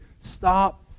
stop